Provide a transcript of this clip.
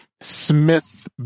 smith